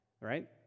right